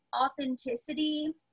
authenticity